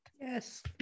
Yes